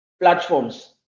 platforms